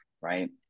Right